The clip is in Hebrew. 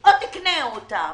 או תקנה אותם,